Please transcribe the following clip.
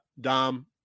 Dom